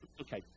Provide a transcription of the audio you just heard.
Okay